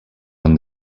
when